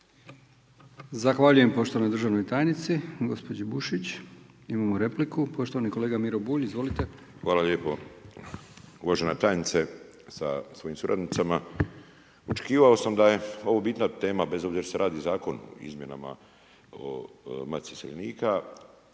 Zahvaljujem poštovanoj državnoj tajnici, gospođi Bušić. Imamo repliku, poštovani kolega Miro Bulj, izvolite. **Bulj, Miro (MOST)** Hvala lijepo. Uvažena tajnice sa svojim suradnicama, očekivao sam da je ovo bitna tema bez obzira jer se radi Zakon o izmjenama o Matici iseljenika,